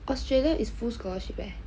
Australia is full scholarship leh